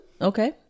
okay